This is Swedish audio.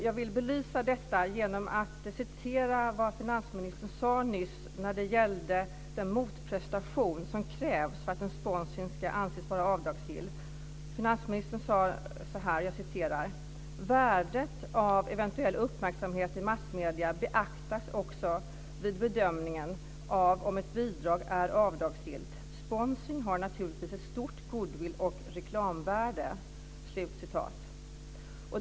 Jag vill belysa detta genom att citera vad finansministern sade nyss när det gäller den motprestation som krävs för att en sponsring ska anses vara avdragsgill. Finansministern sade så här: "Värdet av eventuell uppmärksamhet i massmedier beaktas också vid bedömningen av om ett bidrag är avdragsgillt. Sponsring har naturligtvis ett stort goodwill och reklamvärde -."